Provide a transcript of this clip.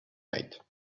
night